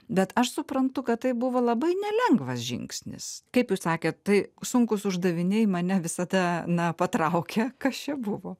bet aš suprantu kad tai buvo labai nelengvas žingsnis kaip jūs sakėt tai sunkūs uždaviniai mane visada na patraukia kas čia buvo